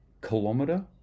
kilometer